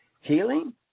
healing